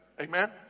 Amen